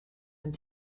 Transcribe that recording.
and